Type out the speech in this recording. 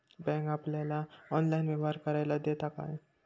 Bank आपल्याला online व्यवहार करायला देता काय?